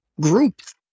groups